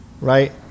right